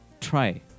try